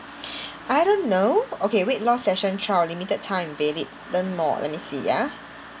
I don't know okay weight loss session trial limited time valid learn more let me see ya